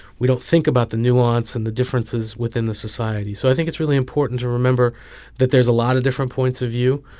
we don't think about the nuance and the differences within the society. so i think it's really important to remember that there's a lot of different points of view.